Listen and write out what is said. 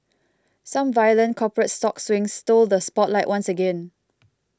some violent corporate stock swings stole the spotlight once again